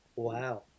wow